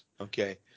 Okay